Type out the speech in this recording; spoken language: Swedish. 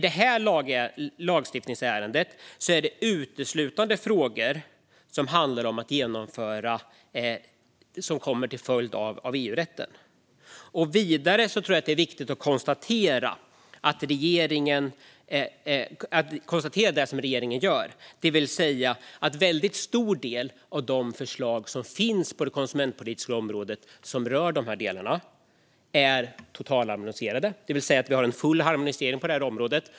Detta lagstiftningsärende gäller uteslutande frågor som handlar om att genomföra sådant som följer av EU-rätten. Vidare tror jag att det är viktigt att konstatera, som regeringen gör, att en väldigt stor del av det som förslagen på det konsumentpolitiska området handlar om är totalharmoniserat. Vi har alltså en full harmonisering på det här området.